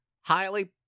highly